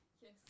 Yes